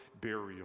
burial